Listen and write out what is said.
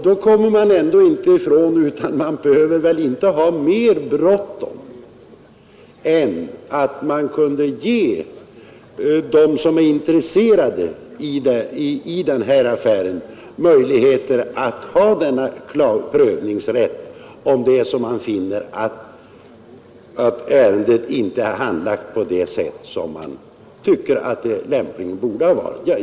Därför behöver man väl inte ha mera bråttom än att de som är intresserade av ett visst förvärv kunde få en prövningsrätt, om de finner att ärendet inte har handlagts på det sätt som de tycker lämpligen borde ha skett.